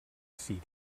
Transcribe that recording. síria